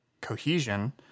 cohesion